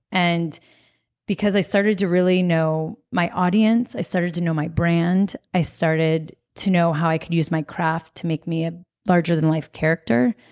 and because i started to really know my audience. i started to know my brand. i started to know how i could use my craft to make me a larger-than-life character.